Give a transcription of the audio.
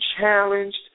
challenged